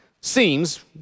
Seems